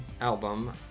album